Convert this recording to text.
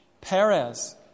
Perez